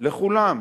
לכולם,